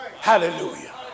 Hallelujah